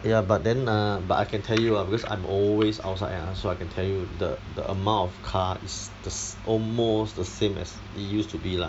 ya but then uh but I can tell you ah because I'm always outside ah so I can tell you the the amount of car is the almost the same as it used to be lah